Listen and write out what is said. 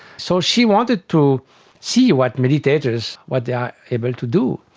so she wanted to see what meditators, what they are able to do.